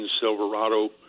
Silverado